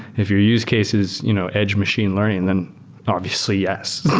if your use case is you know edge machine learning, then obviously, yes.